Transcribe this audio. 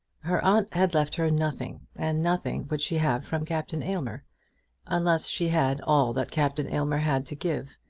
her aunt had left her nothing, and nothing would she have from captain aylmer unless she had all that captain aylmer had to give,